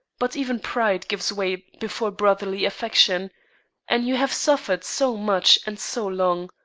but even pride gives way before brotherly affection and you have suffered so much and so long,